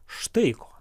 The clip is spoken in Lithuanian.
štai ko